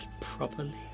properly